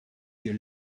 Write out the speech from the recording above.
you